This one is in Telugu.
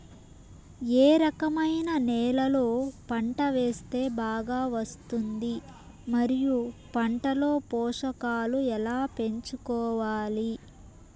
ఏ రకమైన నేలలో పంట వేస్తే బాగా వస్తుంది? మరియు పంట లో పోషకాలు ఎలా పెంచుకోవాలి?